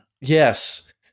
Yes